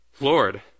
Lord